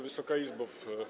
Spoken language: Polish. Wysoka Izbo!